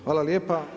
Hvala lijepa.